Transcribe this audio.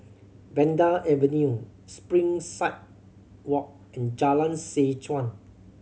Vanda Avenue Springside Walk and Jalan Seh Chuan